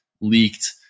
leaked